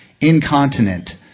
Incontinent